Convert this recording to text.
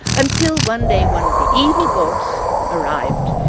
until one day one of the evil gods arrived,